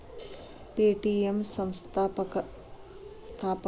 Paytm ಸ್ಥಾಪಕ Vijay Shekhar Sharma August ಎರಡಸಾವಿರದ ಹತ್ತರಾಗ ಸ್ಥಾಪನೆ ಮಾಡ್ಯಾರ